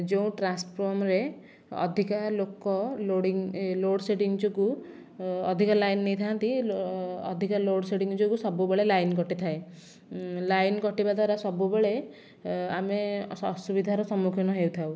ଯେଉଁ ଟ୍ରାନ୍ସଫର୍ମରରେ ଅଧିକା ଲୋକ ଲୋଡ଼ିଙ୍ଗ ଲୋଡ ସେଡ଼ିଂ ଯୋଗୁଁ ଅଧିକା ଲାଇନ ନେଇଥାନ୍ତି ଅଧିକା ଲୋଡ଼ ସେଡ଼ିଂ ଯୋଗୁଁ ସବୁବେଳେ ଲାଇନ କଟିଥାଏ ଲାଇନ କଟିବା ଦ୍ୱାରା ସବୁବେଳେ ଆମେ ଅସୁବିଧାର ସମ୍ମୁଖୀନ ହୋଇଥାଉ